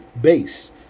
base